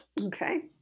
Okay